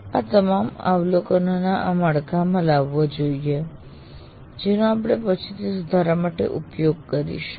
આ તમામ અવલોકનો આ માળખામાં લખવા જોઈએ જેનો આપણે પછીથી સુધારા માટે ઉપયોગ કરીશું